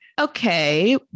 Okay